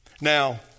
Now